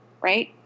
right